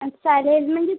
आणि चालेल म्हणजे